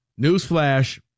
newsflash